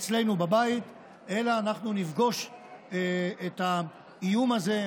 אצלנו בבית אלא אנחנו נפגוש את האיום הזה,